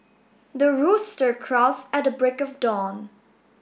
the rooster crows at the break of dawn